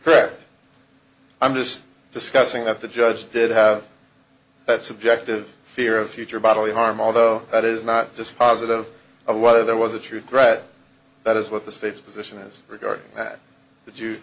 correct i'm just discussing that the judge did have that subjective fear of future bodily harm although that is not dispositive of whether there was a true threat that is what the state's position is regarding that